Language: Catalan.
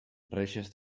reixes